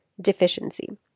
deficiency